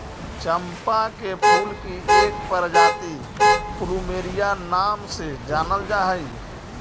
चंपा के फूल की एक प्रजाति प्लूमेरिया नाम से जानल जा हई